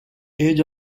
age